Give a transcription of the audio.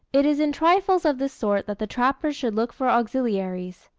it is in trifles of this sort that the trapper should look for auxiliaries.